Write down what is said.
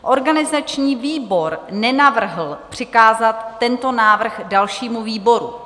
Organizační výbor nenavrhl přikázat tento návrh dalšímu výboru.